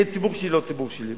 כן ציבור שלי לא ציבור שלי,